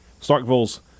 Starkville's